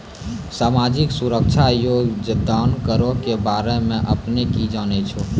समाजिक सुरक्षा योगदान करो के बारे मे अपने कि जानै छो?